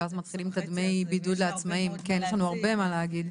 כי חבל לנו, אנחנו רוצים לדבר על עניין ההכשרות.